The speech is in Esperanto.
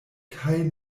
kaj